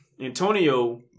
Antonio